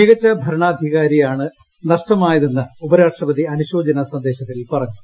മികച്ച ഭരണാധികാരിയാണ് നഷ്ടമായതെന്ന് ഉപരാഷ്ട്രപതി അനുശോചന സന്ദേശത്തിൽ പറഞ്ഞു